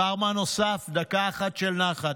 דבר מה נוסף, דקה אחת של נחת.